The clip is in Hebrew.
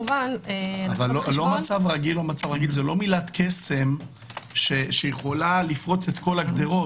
לא מצב רגיל זה לא מילת קסם שיכולה לפרוץ את כל הגדרות.